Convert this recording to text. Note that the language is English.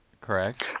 correct